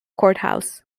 courthouse